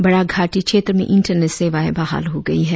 Barack घाटी क्षेत्र में इंटरनेट सेवाएं बहाल हो गयी हैं